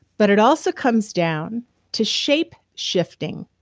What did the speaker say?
but it also comes down to shape shifting.